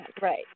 Right